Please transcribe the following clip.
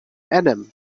adam